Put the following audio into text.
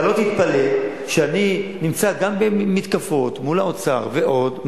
אתה לא תתפלא שאני נמצא גם במתקפות מול האוצר ועוד,